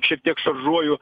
šiek tiek šaržuoju